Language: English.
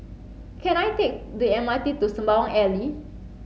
can I take the M R T to Sembawang Alley